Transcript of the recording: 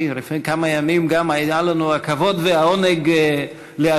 לפני כמה ימים גם היה לנו הכבוד והעונג להשביע